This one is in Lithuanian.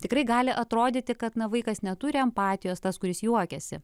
tikrai gali atrodyti kad na vaikas neturi empatijos tas kuris juokiasi